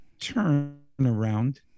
turnaround